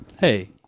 Hey